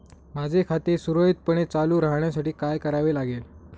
माझे खाते सुरळीतपणे चालू राहण्यासाठी काय करावे लागेल?